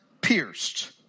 pierced